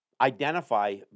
identify